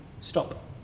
stop